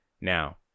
Now